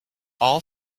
all